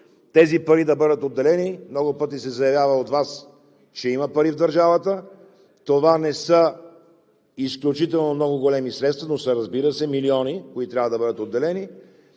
тези пари да бъдат отделени. Много пъти се заявява от Вас, че има пари в държавата. Това не са изключително много големи средства, но, разбира се, са милиони, които трябва да бъдат отделени.